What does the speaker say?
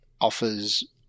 offers